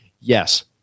Yes